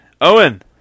Owen